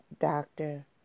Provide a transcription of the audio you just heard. doctor